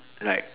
like